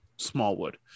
smallwood